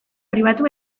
pribatu